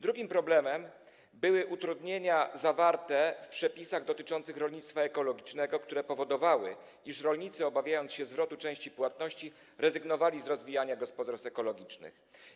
Drugim problemem były utrudnienia zawarte w przepisach dotyczących rolnictwa ekologicznego, które powodowały, iż rolnicy, obawiając się zwrotu części płatności, rezygnowali z rozwijania gospodarstw ekologicznych.